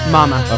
Mama